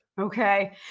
okay